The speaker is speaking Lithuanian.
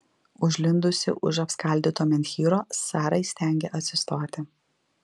užlindusi už apskaldyto menhyro sara įstengė atsistoti